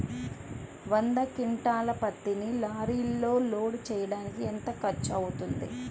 వంద క్వింటాళ్ల పత్తిని లారీలో లోడ్ చేయడానికి ఎంత ఖర్చవుతుంది?